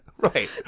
Right